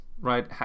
right